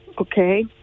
Okay